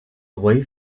away